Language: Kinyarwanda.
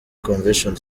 convention